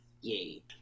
yay